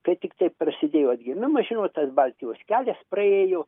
kai tiktai prasidėjo atgimimas žinot tas baltijos kelias praėjo